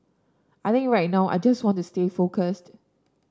I think right now I just want to stay focused